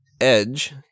edge